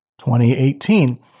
2018